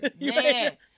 Man